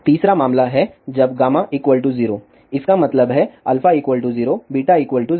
तीसरा मामला है जब 0 इसका मतलब है α 0 β 0